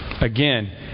Again